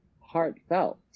heartfelt